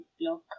block